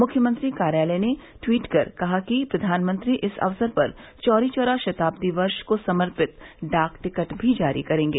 मुख्यमंत्री कार्यालय ने ट्वीट कर कहा कि प्रधानमंत्री इस अवसर पर चौरीचौरा शताब्दी वर्ष को समर्पित डाक टिकट भी जारी करेंगे